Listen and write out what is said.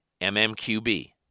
MMQB